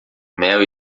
mel